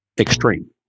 extreme